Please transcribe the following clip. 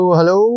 hello